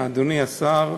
אדוני השר,